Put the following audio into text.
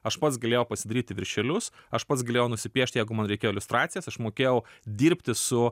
aš pats galėjau pasidaryti viršelius aš pats galėjau nusipiešti jeigu man reikėjo iliustracijos aš mokėjau dirbti su